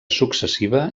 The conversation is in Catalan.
successiva